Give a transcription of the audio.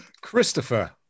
Christopher